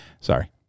Sorry